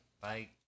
Bye